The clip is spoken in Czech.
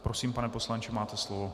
Prosím, pane poslanče, máte slovo.